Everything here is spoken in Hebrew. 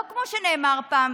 לא כמו שנאמר פעם,